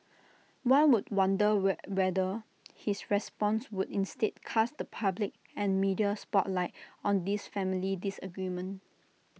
one would wonder whether his response would instead cast the public and media spotlight on this family disagreement